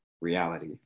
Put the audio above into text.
reality